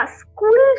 school